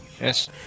Yes